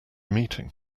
meeting